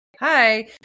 Hi